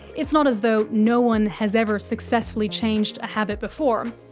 it's not as though no one has ever successfully changed a habit before.